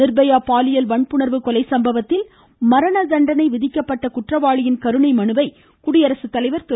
நிர்பயா பாலியல் வன்புணர்வு கொலை சம்பவத்தில் மரணதண்டனை விதிக்கப்பட்ட குற்றவாளியின் கருணை மனுவை குடியரசு தலைவர் திரு